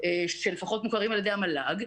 שלפחות מוכרים על-ידי המל"ג,